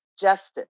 justice